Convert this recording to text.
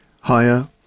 higher